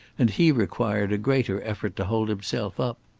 and he required a greater effort to hold himself up.